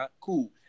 cool